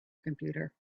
computer